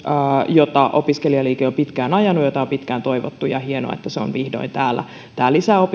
jota opiskelijaliike on pitkään ajanut ja jota on pitkään toivottu ja hienoa että se on vihdoin täällä tämä lisää